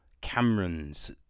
Cameron's